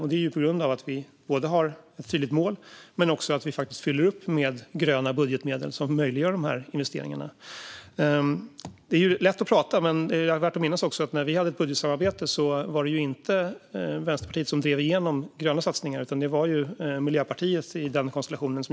Det är tack vare ett tydligt mål och att man fyller upp med gröna budgetmedel som investeringarna blir möjliga. Det är lätt att prata, men det är värt att minnas att när vi hade ett budgetsamarbete var det inte Vänsterpartiet som drev igenom gröna satsningar, utan det var Miljöpartiet i den konstellationen.